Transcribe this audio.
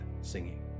singing